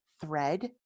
thread